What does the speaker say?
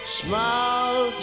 smile